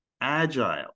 agile